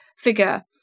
figure